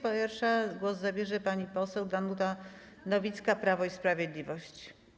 Pierwsza głos zabierze pani poseł Danuta Nowicka, Prawo i Sprawiedliwość.